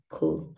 Cool